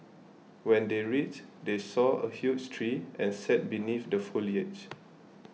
when they reached they saw a huge tree and sat beneath the foliage